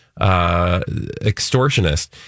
extortionist